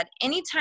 anytime